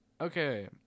Okay